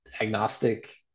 agnostic